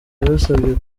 yabasabye